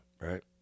right